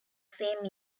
same